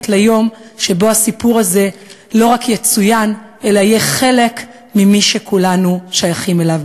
ליום שבו הסיפור הזה לא רק יצוין אלא יהיה חלק ממה שכולנו שייכים אליו,